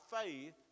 faith